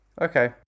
Okay